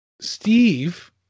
Steve